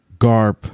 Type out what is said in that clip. Garp